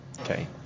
Okay